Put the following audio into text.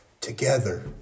together